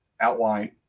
outline